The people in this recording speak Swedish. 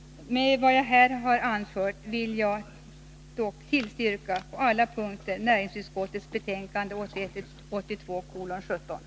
Med vad jag här har anfört vill jag yrka bifall till utskottets hemställan på alla punkter.